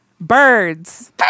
birds